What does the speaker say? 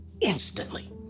instantly